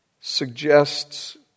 suggests